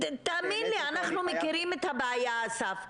תאמין לי, אנחנו מכירים את הבעיה אסף.